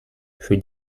für